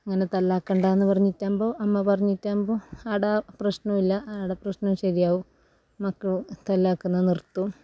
അങ്ങനെ തല്ലാക്കണ്ടയെന്ന് പറഞ്ഞിട്ടാകുമ്പം അമ്മ പറഞ്ഞിട്ടാകുമ്പോൾ ആടെ പ്രശ്നമില്ല ആടെ പ്രശ്നം ശരിയാകും മക്കളും തല്ലാക്കുന്നത് നിർത്തും